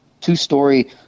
two-story